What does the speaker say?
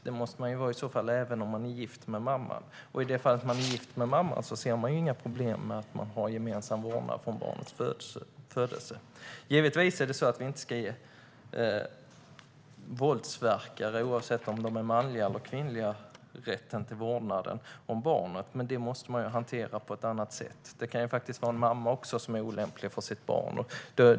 Det måste man i så fall vara även om man är gift med mamman. Och i det fall mannen är gift med mamman ser man ju inga problem med att de har gemensam vårdnad från barnets födelse. Givetvis ska vi inte ge våldsverkare, oavsett om de är manliga eller kvinnliga, rätten till vårdnaden om barnet, men det måste man hantera på ett annat sätt. Det kan ju faktiskt också vara en mamma som är olämplig för sitt barn.